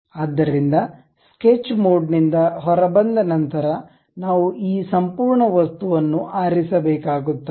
ಆದ್ದರಿಂದ ಸ್ಕೆಚ್ ಮೋಡ್ನಿಂದ ಹೊರಬಂದ ನಂತರ ನಾವು ಈ ಸಂಪೂರ್ಣ ವಸ್ತುವನ್ನು ಆರಿಸಬೇಕಾಗುತ್ತದೆ